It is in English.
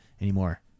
anymore